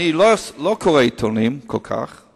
אני לא קורא כל כך עיתונים,